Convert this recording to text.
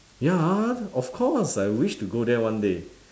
ya of course I wish to go there one day